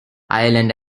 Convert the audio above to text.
ireland